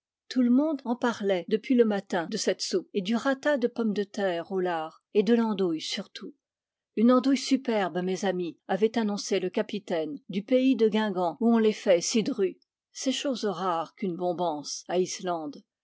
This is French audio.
tout le monde en parlait depuis le matin de cette soupe et du rata de pommes de terre au lard et de l'andouille surtout une andouille superbe mes amis avait annoncé le capitaine du pays de guingamp où on les fait si drues c'est chose rare qu'une bombance à islande